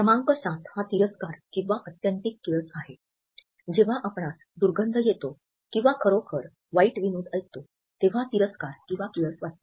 क्रमांक ७ हा तिरस्कार किंवा आत्यंतिक किळस आहे जेव्हा आपणास दुर्गंध येतो किंवा खरोखर वाईट विनोद ऐकतो तेव्हा तिरस्कार किंवा किळस वाटते